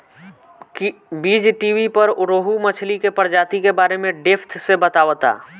बीज़टीवी पर रोहु मछली के प्रजाति के बारे में डेप्थ से बतावता